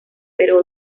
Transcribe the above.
pero